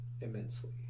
immensely